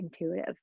intuitive